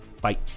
Bye